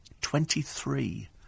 Twenty-three